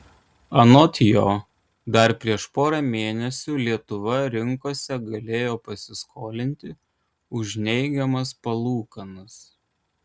anot jo dar prieš porą mėnesių lietuva rinkose galėjo pasiskolinti už neigiamas palūkanas